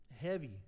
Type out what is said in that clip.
heavy